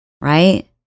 Right